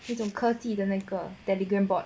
一种科技的那个 Telegram bot